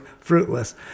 fruitless